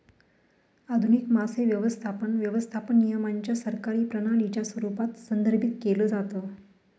आधुनिक मासे व्यवस्थापन, व्यवस्थापन नियमांच्या सरकारी प्रणालीच्या स्वरूपात संदर्भित केलं जातं